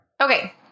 okay